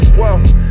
whoa